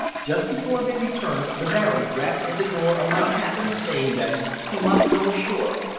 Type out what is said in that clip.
just before they returned the baron rapped at the door of my cabin saying that he must go ashore,